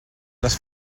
les